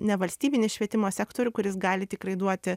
nevalstybinį švietimo sektorių kuris gali tikrai duoti